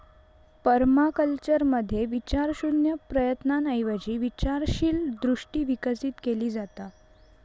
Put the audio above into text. पर्माकल्चरमध्ये विचारशून्य प्रयत्नांऐवजी विचारशील दृष्टी विकसित केली जाता